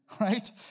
right